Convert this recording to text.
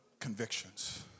convictions